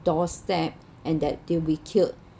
doorstep and that they'll be killed